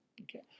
Okay